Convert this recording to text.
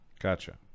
Gotcha